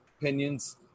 opinions